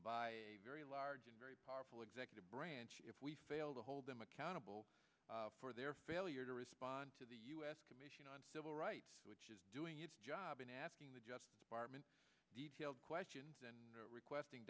by very large and very powerful executive branch if we fail to hold them accountable for their failure to respond to the u s commission on civil rights which is doing its job and asking the justice department detailed questions and requesting